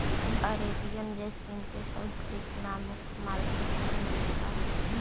Arabian jasmine के संस्कृत नाम मालती आउ मल्लिका हइ